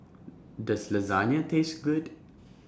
Does Lasagna Taste Good